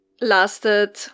lasted